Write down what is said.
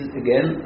again